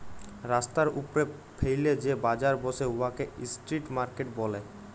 রাস্তার উপ্রে ফ্যাইলে যে বাজার ব্যসে উয়াকে ইস্ট্রিট মার্কেট ব্যলে